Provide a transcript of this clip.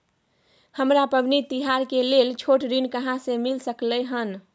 हमरा पबनी तिहार के लेल छोट ऋण कहाँ से मिल सकलय हन?